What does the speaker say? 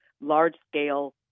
large-scale